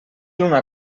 una